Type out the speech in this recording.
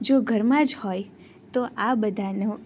જો ઘરમાં જ હોય તો આ બધાનો